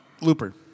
Looper